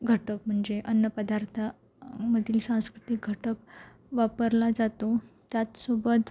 घटक म्हणजे अन्नपदार्थामधील सांस्कृतिक घटक वापरला जातो त्याचसोबत